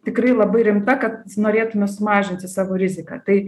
tikrai labai rimta kad norėtume sumažinti savo riziką tai